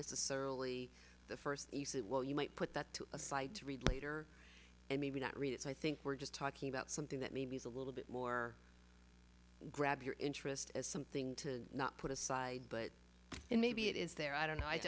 necessarily the first use it well you might put that aside to read later and maybe not read it so i think we're just talking about something that maybe is a little bit more grab your interest as something to not put aside but maybe it is there i don't know